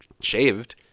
shaved